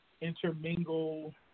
intermingle